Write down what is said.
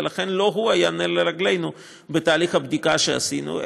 ולכן לא הוא היה נר לרגלינו בתהליך הבדיקה שעשינו,